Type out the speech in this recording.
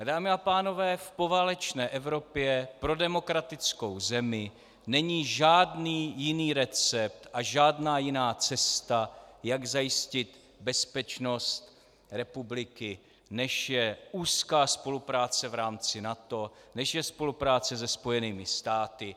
Dámy a pánové, v poválečné Evropě pro demokratickou zemi není žádný jiný recept a žádná jiná cesta, jak zajistit bezpečnost republiky, než je úzká spolupráce v rámci NATO, než je spolupráce se Spojenými státy.